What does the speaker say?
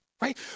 Right